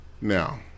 Now